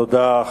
תודה.